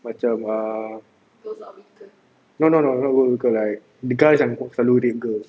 macam err no no no no girls like the guys yang selalu rape girls